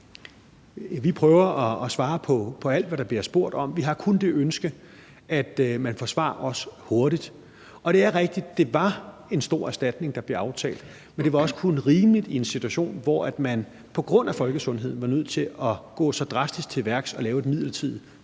Vi prøver at svare på alt, hvad der bliver spurgt om. Vi har kun det ønske, at man får svar, også hurtigt. Det er rigtigt, at det var en stor erstatning, der blev aftalt, men det var også kun rimeligt i en situation, hvor man på grund af folkesundheden var nødt til at gå så drastisk til værks som at lave et midlertidigt